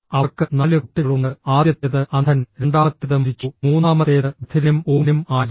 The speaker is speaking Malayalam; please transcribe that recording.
അവർക്ക് നാല് കുട്ടികളുണ്ട് ആദ്യത്തേത് അന്ധൻ രണ്ടാമത്തേത് മരിച്ചു മൂന്നാമത്തേത് ബധിരനും ഊമനും ആയിരുന്നു